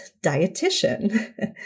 dietitian